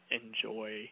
enjoy